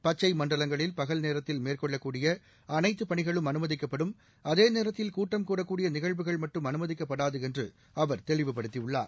பச்சை மண்டலங்களில் பகல் நேரத்தில் மேற்கொள்ள கூடிய அனைத்து பணிகளும் அனுமதிக்கப்படும் அதேநேரத்தில் கூட்டம் கூடக்கூடிய நிகழ்வுகள் மட்டும் அனுமதிக்கப்படாது என்று அவர் தெளிவுபடுத்தியுள்ளார்